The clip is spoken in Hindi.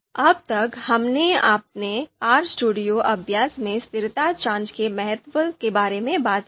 अब तक हमने अपने RStudio अभ्यास में स्थिरता जांच के महत्व के बारे में बात की है